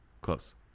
Close